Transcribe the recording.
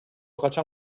качан